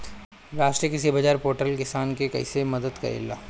राष्ट्रीय कृषि बाजार पोर्टल किसान के कइसे मदद करेला?